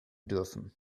dürfen